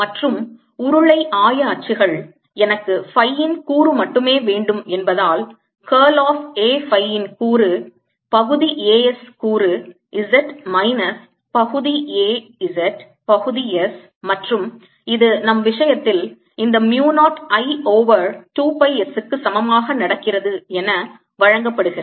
மற்றும் உருளை ஆய அச்சுகள் எனக்கு phi ன் கூறு மட்டுமே வேண்டும் என்பதால் curl of A phi ன் கூறு பகுதி A s கூறு z மைனஸ் பகுதி A z பகுதி s மற்றும் இது நம் விஷயத்தில் இந்த mu 0 I over 2 pi s க்கு சமமாக நடக்கிறது என வழங்கப்படுகிறது